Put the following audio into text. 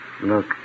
Look